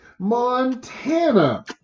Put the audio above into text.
Montana